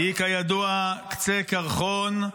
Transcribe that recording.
היא, כידוע -- מה הייתם עושים בלי היועמ"שית?